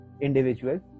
individual